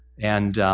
and